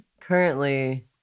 currently